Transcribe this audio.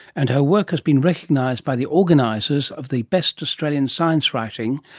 and her work has been recognised by the organisers of the best australian science writing,